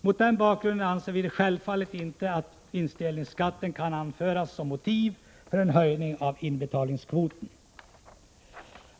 Mot den bakgrunden anser vi självfallet inte att vinstdelningsskatten kan anföras som motiv för en höjning av inbetalningskvoten.